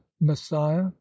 messiah